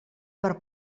per